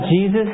Jesus